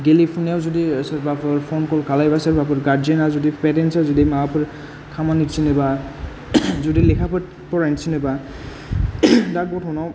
गेलेफुनायाव जुदि सोरबाफोर phone call खालायबा सोरबाफोर गार्जेना जुदि पेरेन्सा जुदि माबाफोर खामानि थिनोबा जुदि लेखाफोर फरायनो थिनोबा दा गथ'नाव